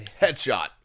headshot